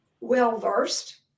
well-versed